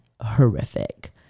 horrific